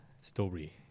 story